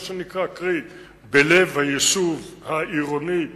קרי בלב היישוב העירוני הצפוף.